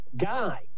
guy